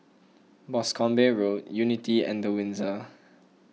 Boscombe Road Unity and the Windsor